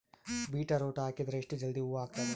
Beetroot ಹಾಕಿದರ ಎಷ್ಟ ಜಲ್ದಿ ಹೂವ ಆಗತದ?